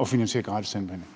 at finansiere gratis tandbehandling?